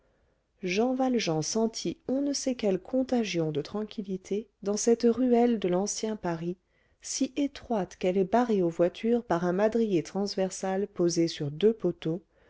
jean valjean sentit on ne sait quelle contagion de tranquillité dans cette ruelle de l'ancien paris si étroite qu'elle est barrée aux voitures par un madrier transversal posé sur deux poteaux